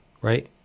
right